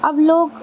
اب لوگ